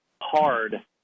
hard